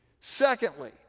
Secondly